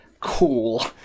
cool